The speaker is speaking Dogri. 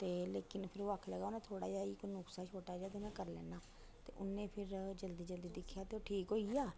ते लेकिन फ्ही ओह् आखन लगा उनें थोह्ड़ा इक थोह्ड़ा जेहा इक नुक्स ऐ छोटा जेहा ते में करी लैन्ना ते उन्नै फेर जल्दी जल्दी दिक्खेआ ते ओह् ठीक होई गेआ